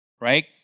right